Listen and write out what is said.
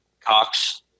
Cox